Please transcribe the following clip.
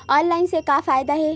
Online से का फ़ायदा हे?